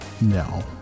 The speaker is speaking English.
No